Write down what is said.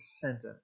sentence